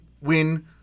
win